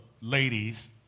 ladies